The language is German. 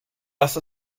dass